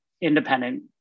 independent